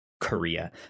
korea